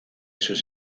sus